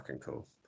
cool